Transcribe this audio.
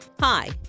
Hi